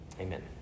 Amen